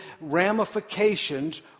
ramifications